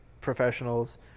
professionals